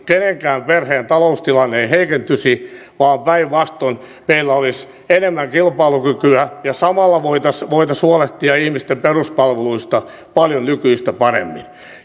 kenenkään perheen taloustilanne ei heikentyisi vaan päinvastoin meillä olisi enemmän kilpailukykyä ja samalla voitaisiin voitaisiin huolehtia ihmisten peruspalveluita paljon nykyistä paremmin